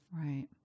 Right